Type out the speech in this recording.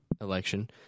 election